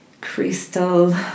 crystal